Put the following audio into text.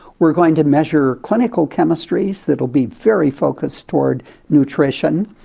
we're going to measure clinical chemistries it'll be very focused toward nutrition.